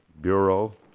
bureau